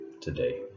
today